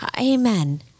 amen